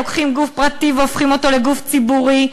לוקחים גוף פרטי והופכים אותו לגוף ציבורי,